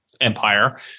empire